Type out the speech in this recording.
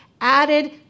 added